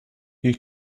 you